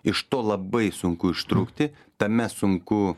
iš to labai sunku ištrūkti tame sunku